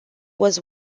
was